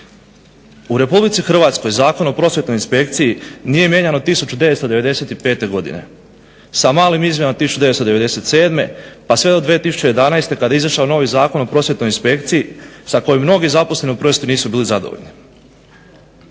U Republici Hrvatskoj Zakon o prosvjetnoj inspekciji nije mijenjan od 1995. godine. Sa malim izmjenama 97. pa sve to 2011. kada je izašao novi Zakon o prosvjetnoj inspekciji sa kojim mnogi zaposleni u prosvjeti nisu bili zadovoljni.